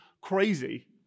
crazy